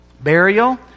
burial